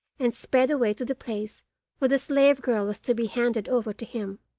and sped away to the place where the slave girl was to be handed over to him.